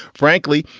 frankly,